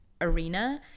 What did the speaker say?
arena